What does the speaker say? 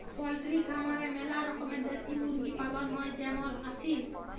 poultry খামারে ম্যালা রকমের দেশি মুরগি পালন হ্যয় যেমল আসিল